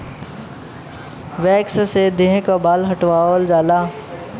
wax से देह क बाल हटावल जाला